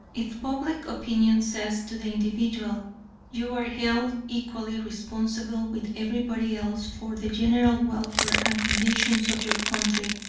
if public opinion says to the individual you are held equally responsible with everybody else for the general welfare and conditions of your country,